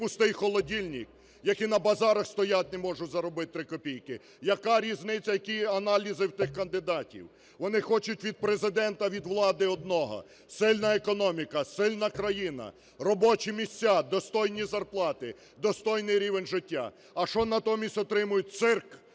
пустий холодильник, які на базарах стоять, не можуть заробити 3 копійки, яка різниця, які аналізи в тих кандидатів? Вони хочуть від Президента, від влади одного – сильна економіка, сильна країна, робочі місця, достойні зарплати, достойний рівень життя. А що натомість отримують? Цирк,